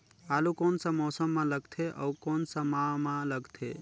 आलू कोन सा मौसम मां लगथे अउ कोन सा माह मां लगथे?